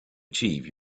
achieve